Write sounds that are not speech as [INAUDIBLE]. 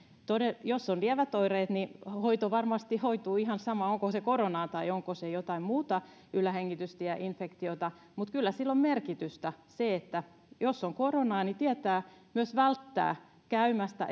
jos on lievät oireet niin se varmasti hoituu ihan sama onko se koronaa tai onko se jotain muuta ylähengitystieinfektiota mutta kyllä sillä on merkitystä sillä jos se on koronaa niin tietää esimerkiksi välttää käymästä [UNINTELLIGIBLE]